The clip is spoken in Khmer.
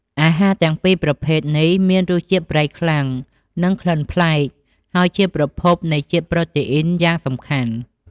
អាហារទាំងពីរប្រភេទនេះមានរសជាតិ ប្រៃខ្លាំង និងក្លិនប្លែក ហើយជាប្រភពនៃជាតិប្រូតេអ៊ីនយ៉ាងសំខាន់។